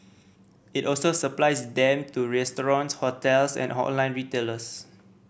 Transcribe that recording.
it also supplies them to restaurants hotels and online retailers